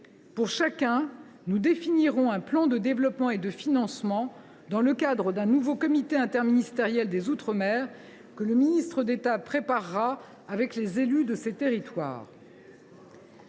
pour chacun un plan de développement et de financement, dans le cadre d’un nouveau comité interministériel des outre mer que le ministre d’État préparera avec les élus de ces territoires.